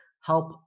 help